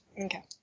Okay